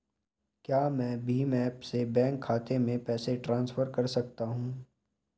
क्या मैं भीम ऐप से बैंक खाते में पैसे ट्रांसफर कर सकता हूँ?